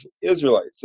Israelites